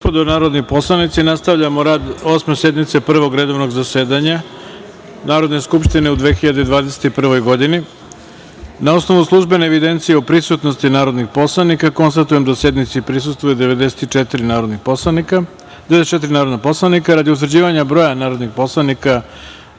gospodo narodni poslanici, nastavljamo rad Osme sednice Prvog redovnog zasedanja Narodne skupštine u 2021. godini. Na osnovu službene evidencije o prisutnosti narodnih poslanika, konstatujem da sednici prisustvuje 94 narodna poslanika. Radi utvrđivanja broja narodnih poslanika